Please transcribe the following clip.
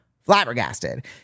flabbergasted